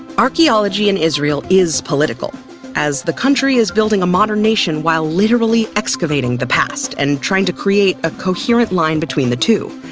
archeology in israel is political as the country is building a modern nation while literally excavating the past and trying to create a coherent line between the two.